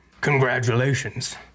Congratulations